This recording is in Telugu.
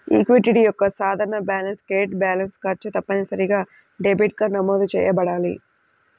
ఈక్విటీ యొక్క సాధారణ బ్యాలెన్స్ క్రెడిట్ బ్యాలెన్స్, ఖర్చు తప్పనిసరిగా డెబిట్గా నమోదు చేయబడాలి